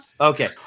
Okay